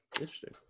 Interesting